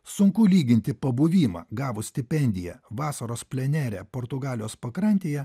sunku lyginti pabuvimą gavus stipendiją vasaros plenere portugalijos pakrantėje